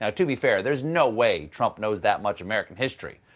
ah to be fair, there's no way trump knows that much american history.